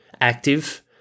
active